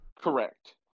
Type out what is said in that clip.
Correct